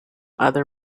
other